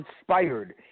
inspired